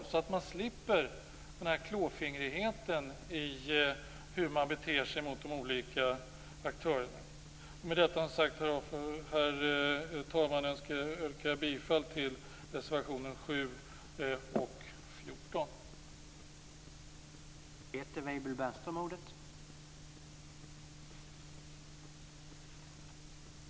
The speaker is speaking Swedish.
På så sätt slipper man klåfingrigheten i hur man beter sig mot de olika aktörerna. Herr talman! Jag yrkar bifall till reservationerna 7